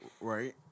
Right